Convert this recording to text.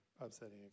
upsetting